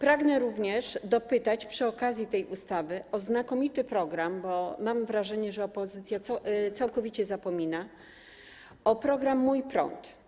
Pragnę również dopytać przy okazji tej ustawy o znakomity program, bo mam wrażenie, że opozycja całkowicie o tym zapomina, o program „Mój prąd”